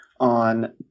on